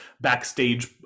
backstage